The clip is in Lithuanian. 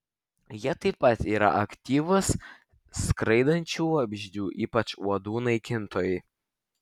jie taip pat yra aktyvūs skraidančių vabzdžių ypač uodų naikintojai